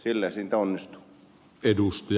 sillä se onnistuu